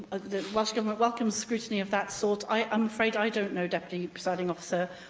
the welsh government welcomes scrutiny of that sort. i'm afraid i don't know, deputy presiding officer,